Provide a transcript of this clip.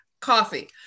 coffee